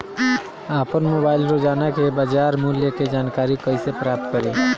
आपन मोबाइल रोजना के बाजार मुल्य के जानकारी कइसे प्राप्त करी?